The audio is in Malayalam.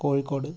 കോഴിക്കോട്